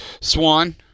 Swan